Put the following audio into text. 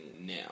now